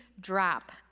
drop